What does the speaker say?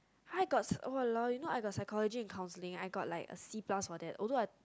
I got !walao! leh you know I got psychology counselling I got like C plus that although I